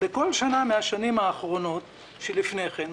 בכל שנה מהשנים האחרונות שלפני כן,